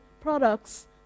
products